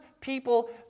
people